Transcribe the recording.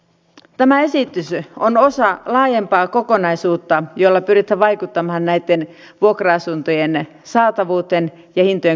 tämä esitys on osa laajempaa kokonaisuutta jolla pyritään vaikuttamaan vuokra asuntojen saatavuuteen ja hintojen kohtuullisuuteen